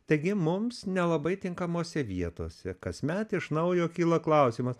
taigi mums nelabai tinkamose vietose kasmet iš naujo kyla klausimas